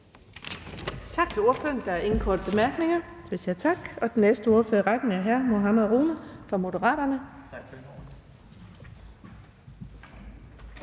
Tak til ordføreren. Der er ingen korte bemærkninger, så vi siger tak. Den næste ordfører i rækken er hr. Mohammad Rona fra Moderaterne. Kl.